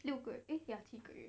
六个 eh ya 七个月